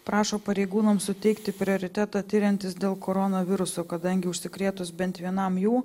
prašo pareigūnams suteikti prioritetą tiriantys dėl koronaviruso kadangi užsikrėtus bent vienam jų